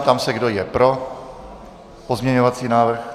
Ptám se, kdo je pro pozměňovací návrh.